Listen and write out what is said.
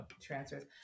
transfers